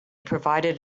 provided